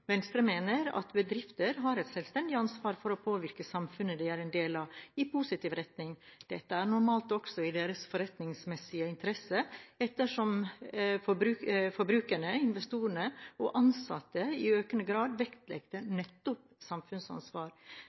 Venstre mener at bedrifter har et selvstendig ansvar for å påvirke samfunnet de er en del av, i positiv retning. Dette er normalt også i deres forretningsmessige interesse, ettersom forbrukerne, investorene og de ansatte i økende grad vektlegger nettopp samfunnsansvar.